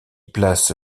place